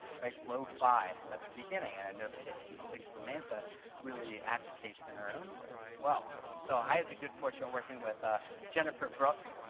right, low fi at the beginning, and i know that this is something samantha really advocates in our own work, as well. so i had the good fortune of working with ah jennifer brook